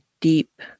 deep